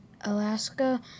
Alaska